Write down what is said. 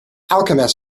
alchemists